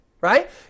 right